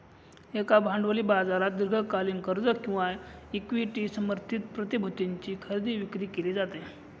एका भांडवली बाजारात दीर्घकालीन कर्ज किंवा इक्विटी समर्थित प्रतिभूतींची खरेदी विक्री केली जाते